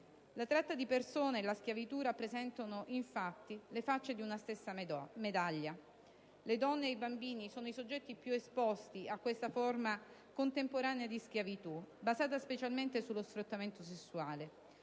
La tratta di persone e la schiavitù rappresentano infatti le facce di una stessa medaglia. Le donne ed i bambini sono i soggetti più esposti a questa forma contemporanea di schiavitù, basata specialmente sullo sfruttamento sessuale.